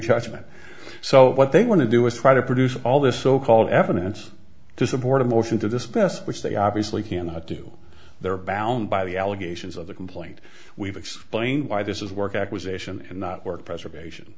prejudgment so what they want to do is try to produce all this so called evidence to support a motion to this best which they obviously cannot do they're bound by the allegations of the complaint we've explained why this is work accusation and not work preservation